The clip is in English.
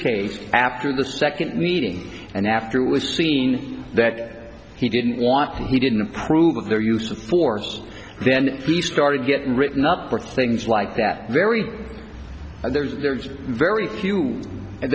case after the second meeting and after it was seen that he didn't want to he didn't approve of the use of force then he started getting written up for things like that very there's very few and